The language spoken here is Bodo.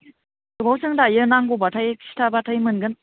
गोबाव जों दायो नांगौबाथाय खिथाबाथाय मोनगोन